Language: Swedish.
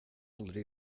aldrig